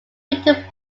fitted